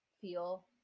feel